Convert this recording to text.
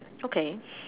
okay